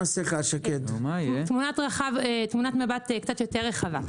אני רוצה להציג תמונת מבט קצת יותר רחבה,